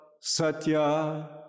satya